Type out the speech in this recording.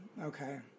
Okay